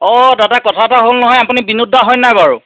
অঁ দাদা কথা এটা হ'ল নহয় আপুনি বিনোদ দা হয় নাই বাৰু